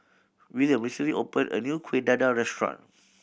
Wiliam recently opened a new Kuih Dadar restaurant